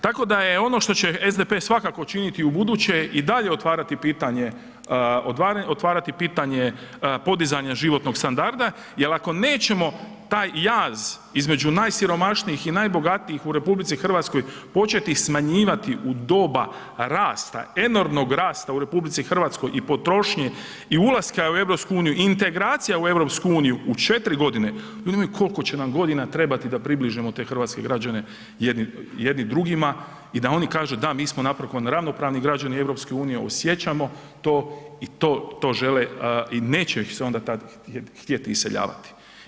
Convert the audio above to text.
Tako da je ono što će SDP svakako činiti ubuduće i dalje otvarati pitanje, otvaranje pitanje podizanja životnog standarda jel ako nećemo taj jaz između najsiromašnijih i najbogatijih u RH početi smanjivati u doba rasta, enormnog rasta u RH i potrošnje i ulaska u EU, integracija u EU u 4.g. … [[Govornik se ne razumije]] koliko će nam godina trebati da približimo te hrvatske građane jedni drugima i da oni kažu da mi smo napokon ravnopravni građani EU, osjećamo to i to, to žele i neće ih se onda tad htjet iseljavati.